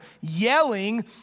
Yelling